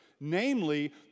namely